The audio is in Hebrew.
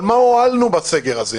אבל מה הועלנו בסגר הזה?